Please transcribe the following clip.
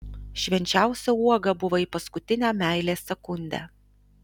švenčiausia uoga buvai paskutinę meilės sekundę